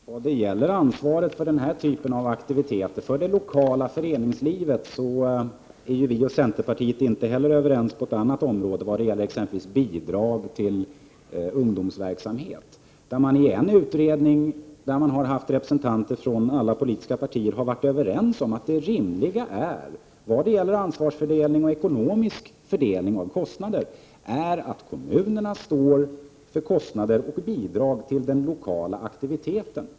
Herr talman! När det gäller ansvaret för den här typen av aktiviteter för det lokala föreningslivet är ju vi moderater och centerpartiet inte heller överens på ett annat område, nämligen bidrag till ungdomsverksamhet. I en utredning med representanter från alla politiska partier har man varit överens om att det rimliga är, när det gäller ansvarsfördelning och fördelning av kostnader, att kommunerna står för kostnader och bidrag till den lokala aktiviteten.